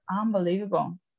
unbelievable